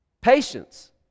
Patience